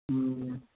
হুম